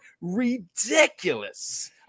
ridiculous